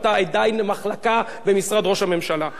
זה ככה, ככה אתם.